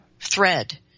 thread